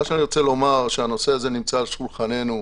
אני רוצה לומר שהנושא הזה נמצא על שולחננו.